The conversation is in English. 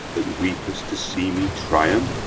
that weep'st to see me triumph?